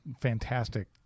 fantastic